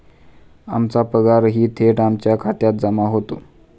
आमचा पगारही थेट आमच्या खात्यात जमा होतो